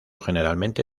generalmente